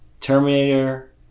Terminator